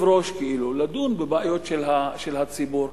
ראש כביכול בלדון בבעיות של הציבור.